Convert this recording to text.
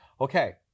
Okay